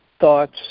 thoughts